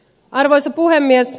arvoisa puhemies